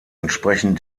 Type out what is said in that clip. entsprechen